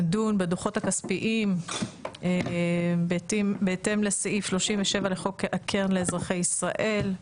נדון בדו"חות הכספיים בהתאם לסעיף 37 לחוק הקרן לאזרחי ישראל.